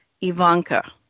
Ivanka